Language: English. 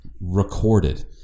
recorded